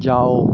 जाओ